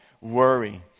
worry